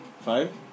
Five